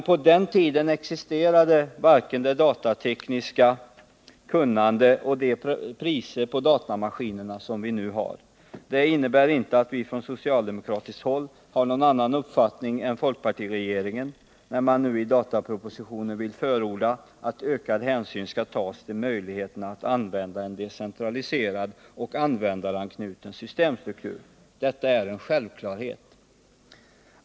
På den tiden existerade varken det datatekniska kunnande och de priser på datamaskinerna som vi nu har. Det innebär inte att vi på socialdemokratiskt håll har någon annan uppfattning än folkpartiregeringen när det nu i datapropositionen förordas att större hänsyn skall tas till möjligheterna att använda en decentraliserad och användaranknuten systemstruktur. Detta är en självklarhet.